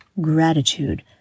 gratitude